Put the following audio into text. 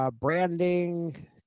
branding